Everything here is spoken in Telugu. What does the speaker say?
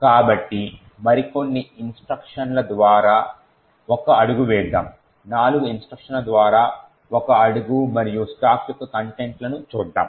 కాబట్టి మరికొన్ని ఇన్స్ట్రక్షన్ల ద్వారా ఒక అడుగు వేద్దాం నాలుగు ఇన్స్ట్రక్షన్ల ద్వారా ఒక అడుగు మరియు స్టాక్ యొక్క కంటెంట్లను చూద్దాం